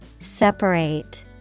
Separate